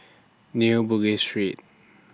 New Bugis Street